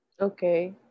okay